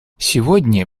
сегодня